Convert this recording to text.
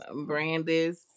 Brandis